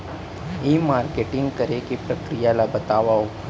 ई marketing करे के प्रक्रिया ला बतावव?